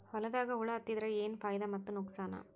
ಹೊಲದಾಗ ಹುಳ ಎತ್ತಿದರ ಏನ್ ಫಾಯಿದಾ ಮತ್ತು ನುಕಸಾನ?